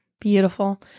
beautiful